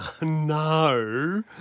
no